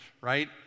right